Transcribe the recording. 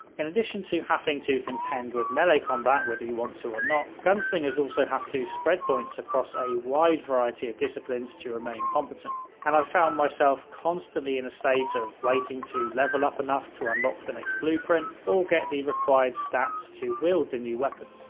in addition, to having to contend with melee combat whether you want to so or not, gunslingers also have to spread points across a wide variety of disciplines to remain competent and i found myself constantly in a state of waiting to level up enough to unlock the next blueprint or get the required stats to wield my and new weapon.